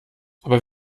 aber